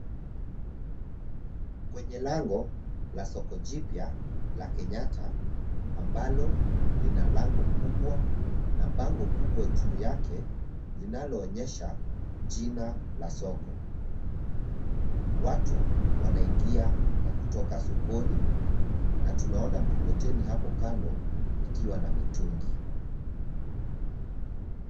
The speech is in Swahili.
Kwenye lango la soko jipya la Kenyatta ambalo lina lango kubwa na bango kubwa juu yake linaloonyesha jina la soko. Watu wanaingia na kutoka sokoni na tunaona mkokoteni hapo kando ikiwa na mitungi.